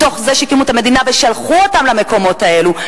מתוך זה שהקימו את המדינה ושלחו אותם למקומות האלה,